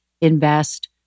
invest